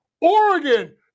Oregon